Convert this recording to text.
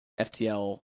FTL